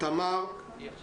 אני אתן